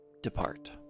depart